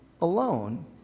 alone